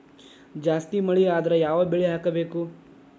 ಜಾಸ್ತಿ ಮಳಿ ಆದ್ರ ಯಾವ ಬೆಳಿ ಹಾಕಬೇಕು?